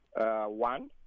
one